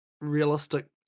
realistic